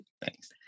Thanks